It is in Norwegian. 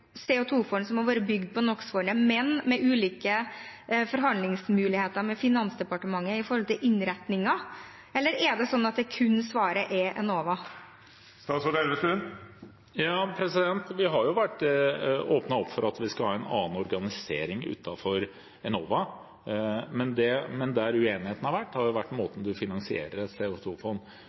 bygd på NOx-fondet, men med ulike forhandlingsmuligheter med Finansdepartementet når det gjelder innretningen? Eller er det sånn at svaret er kun Enova? Vi har åpnet opp for at vi skal ha en annen organisering, utenfor Enova, men uenigheten har gått på måten man finansierer et CO 2 -fond på. Organisasjonene har vært